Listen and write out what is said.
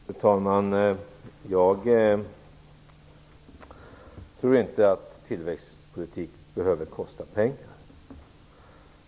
Fru talman! Jag tror inte att tillväxtpolitik behöver kosta pengar.